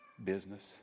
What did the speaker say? business